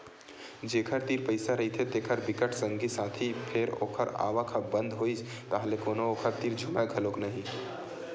जेखर तीर पइसा रहिथे तेखर बिकट संगी साथी फेर ओखर आवक ह बंद होइस ताहले कोनो ओखर तीर झुमय घलोक नइ